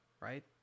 right